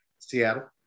Seattle